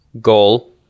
goal